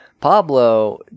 Pablo